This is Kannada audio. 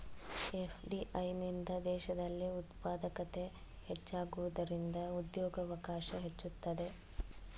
ಎಫ್.ಡಿ.ಐ ನಿಂದ ದೇಶದಲ್ಲಿ ಉತ್ಪಾದಕತೆ ಹೆಚ್ಚಾಗುವುದರಿಂದ ಉದ್ಯೋಗವಕಾಶ ಹೆಚ್ಚುತ್ತದೆ